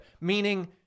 Meaning